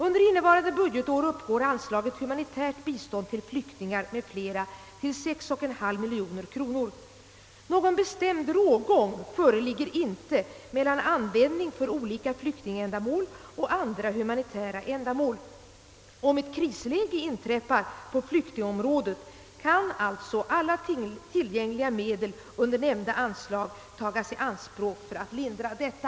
Under innevarande budgetår uppgår anslaget Humanitärt bistånd till flyktingar m.fl. till 6,5 miljoner kronor. Någon bestämd rågång föreligger inte mellan användning för olika flyktingändamål och andra humanitära iändamål. Om ett krisläge inträffar på flyk tingområdet, kan alltså alla tillgänglisa medel under nämnda anslag tagas i anspråk för att lindra detta.